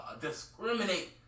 discriminate